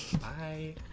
Bye